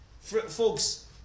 Folks